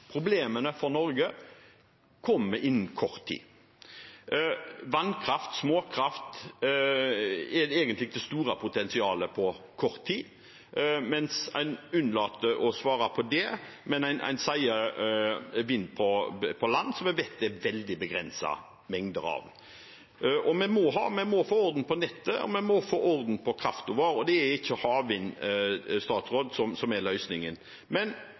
Problemene for Norge kommer innen kort tid. Vannkraft, småkraft, er egentlig det store potensialet på kort tid, men en unnlater å svare på det. En sier vind på land, som vi vet det er veldig begrensede mengder av. Vi må få orden på nettet, vi må få orden på kraften vår, og det er ikke havvind som er som er løsningen. Men